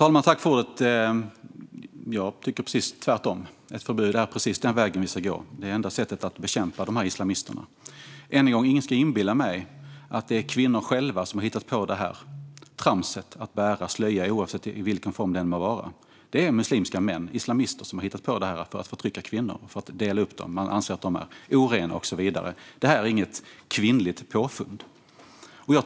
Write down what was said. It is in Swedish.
Herr talman! Jag tycker precis tvärtom. Ett förbud är precis den väg vi ska gå. Det är enda sättet att bekämpa islamisterna. Ingen ska inbilla mig att det är kvinnor själva som har hittat på tramset att bära slöja i vilken form det än må vara. Det är muslimska män, islamister, som har hittat på det för att förtrycka kvinnor och dela upp dem. De anser att de orena, och så vidare. Det är inget kvinnligt påfund. Jag